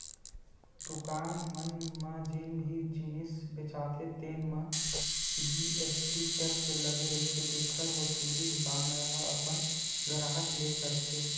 दुकान मन म जेन भी जिनिस बेचाथे तेन म जी.एस.टी टेक्स लगे रहिथे तेखर वसूली दुकानदार ह अपन गराहक ले करथे